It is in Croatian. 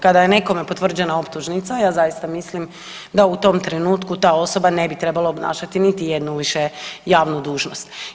Kada je nekome potvrđena optužnica, ja zaista mislim da u tom trenutku ta osoba ne bi trebala obnašati niti jednu više javnu dužnost.